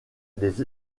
des